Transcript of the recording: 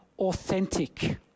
authentic